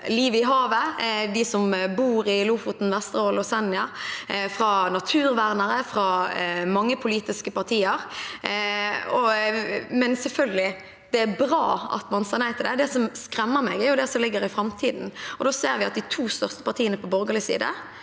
livet i havet, fra dem som bor i Lofoten, Vesterålen og Senja, fra naturvernere og fra mange politiske partier. Selvfølgelig er det bra at man sa nei til det. Det som skremmer meg, er det som ligger i framtiden. Vi ser at de to største partiene på borgerlig side